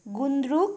गुन्द्रुक